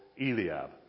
Eliab